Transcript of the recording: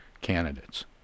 candidates